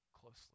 closely